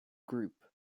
group